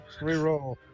Reroll